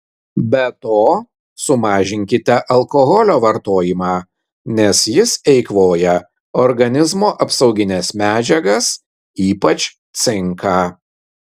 be to sumažinkite alkoholio vartojimą nes jis eikvoja organizmo apsaugines medžiagas ypač cinką